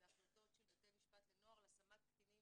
בהחלטות של בתי משפט לנוער להשמת קטינים